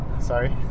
Sorry